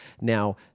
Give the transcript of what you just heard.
Now